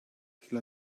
cela